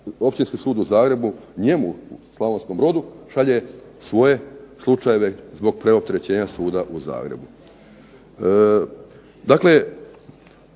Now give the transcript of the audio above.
Općinski sud u Zagrebu njemu u Slavonskom Brodu šalje svoje slučajeve zbog preopterećenja suda u Zagrebu.